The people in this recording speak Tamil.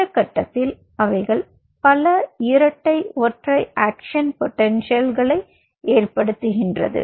இந்த கட்டத்தில் அவைகள் பல இரட்டை ஒற்றை ஆக்ஷன் பொடென்ஷியல்களை ஏற்படுத்துகின்றது